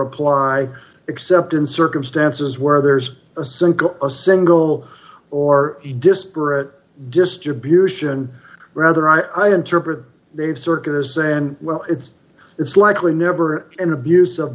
apply except in circumstances where there's a single a single or a disparate distribution rather i interpret they've circulars and well it's it's likely never an abuse of